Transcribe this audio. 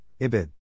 Ibid